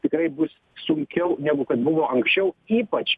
tikrai bus sunkiau negu kad buvo anksčiau ypač